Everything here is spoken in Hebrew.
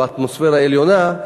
באטמוספירה עליונה,